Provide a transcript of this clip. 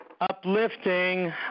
uplifting